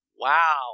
Wow